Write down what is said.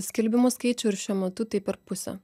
skelbimų skaičių ir šiuo metu tai per pusę